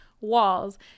walls